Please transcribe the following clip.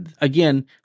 again